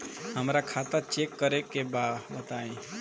हमरा खाता चेक करे के बा बताई?